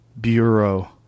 Bureau